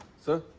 sir?